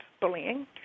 bullying